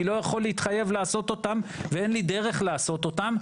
לא יכול להתחייב לעשות אותם ואין לי דרך לעשות אותם.